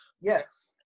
Yes